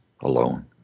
alone